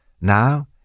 Now